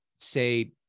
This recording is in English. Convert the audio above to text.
Say